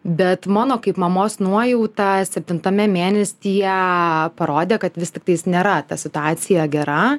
bet mano kaip mamos nuojauta septintame mėnesyje parodė kad vis tiktais nėra ta situacija gera